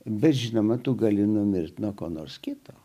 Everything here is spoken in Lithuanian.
bet žinoma tu gali numirti nuo ko nors kito